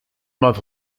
month